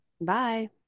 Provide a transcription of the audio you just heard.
Bye